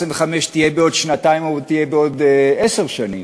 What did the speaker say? העשרים-וחמש תהיה בעוד שנתיים או תהיה בעוד עשר שנים,